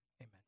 Amen